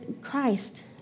Christ